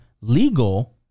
legal